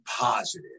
positive